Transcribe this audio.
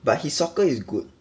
but his soccer is good